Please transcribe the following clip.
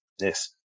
Yes